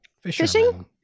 fishing